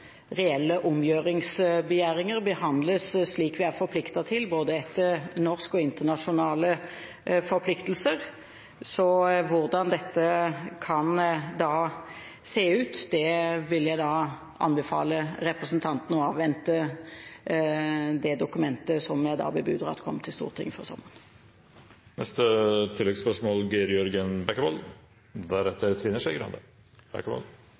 reelle omgjøringsbegjæringer behandles slik vi er forpliktet til, både etter norske og internasjonale forpliktelser. Så når det gjelder hvordan dette kan se ut, vil jeg anbefale representanten å avvente det dokumentet som jeg bebuder kommer til Stortinget før sommeren. Geir Jørgen Bekkevold